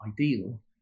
ideal